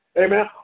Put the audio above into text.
Amen